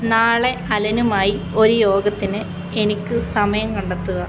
നാളെ അലനുമായി ഒരു യോഗത്തിന് എനിക്ക് സമയം കണ്ടെത്തുക